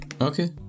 Okay